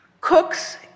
cooks